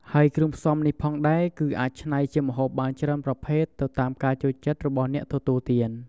ហើយគ្រឿងផ្សំនេះផងដែរគឺអាចឆ្នៃជាម្ហូបបានច្រើនប្រភេទទៅតាមការចូលចិត្តរបស់អ្នកទទួលទាន។